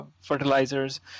fertilizers